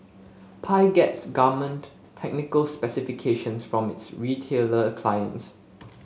Pi gets garment technical specifications from its retailer clients